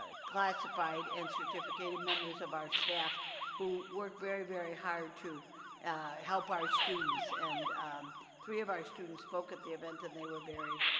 ah classified and certificated members of our staff who work very, very hard to help our students. and three of our students spoke at the event and they were very